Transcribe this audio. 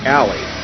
alley